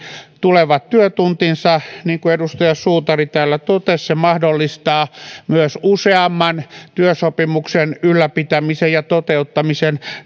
tulevat työtuntinsa niin kuin edustaja suutari täällä totesi se mahdollistaa myös useamman työsopimuksen ylläpitämisen ja toteuttamisen